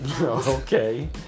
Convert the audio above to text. Okay